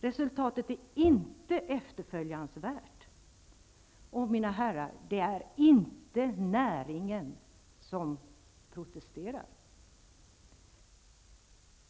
Resultatet är inte efterföljansvärt, och, mina herrar, det är inte näringen som protesterar.